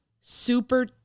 super